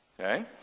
okay